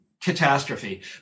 catastrophe